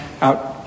out